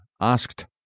asked